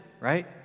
right